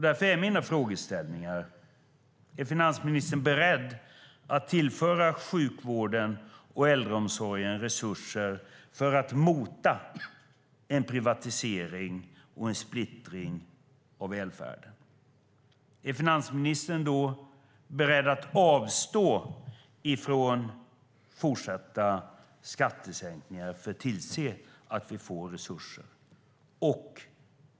Därför är mina frågeställningar: Är finansministern beredd att tillföra sjukvården och äldreomsorgen resurser för att mota en privatisering och splittring av välfärden? Är finansministern då beredd att avstå från fortsatta skattesänkningar, för att tillse att vi får resurser?